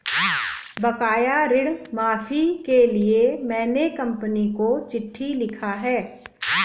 बकाया ऋण माफी के लिए मैने कंपनी को चिट्ठी लिखा है